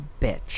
bitch